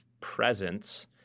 presence